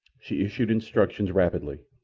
she issued instructions rapidly.